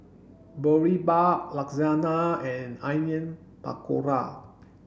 Boribap Lasagna and Onion Pakora